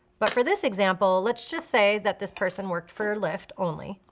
but for this example let's just say that this person worked for lyft only.